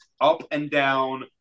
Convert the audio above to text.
up-and-down